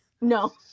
No